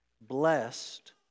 Blessed